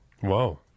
Whoa